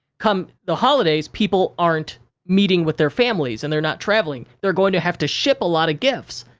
come the holidays, people aren't meeting with their families and they're not traveling. they're going to have to ship a lotta gifts.